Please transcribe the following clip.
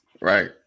Right